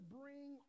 bring